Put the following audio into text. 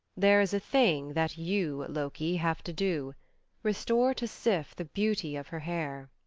there is a thing that you, loki, have to do restore to sif the beauty of her hair.